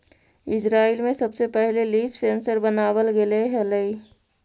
Israel में सबसे पहिले लीफ सेंसर बनाबल गेले हलई